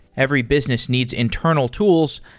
every business needs internal tools,